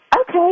okay